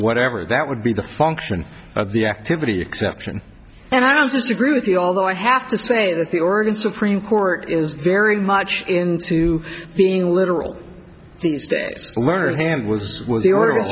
whatever that would be the function of the activity exception and i don't disagree with you although i have to say that the organ supreme court is very much into being literal learned hand was the order